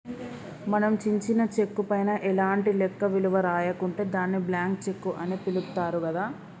మనం చించిన చెక్కు పైన ఎలాంటి లెక్క విలువ రాయకుంటే దాన్ని బ్లాంక్ చెక్కు అని పిలుత్తారు గదా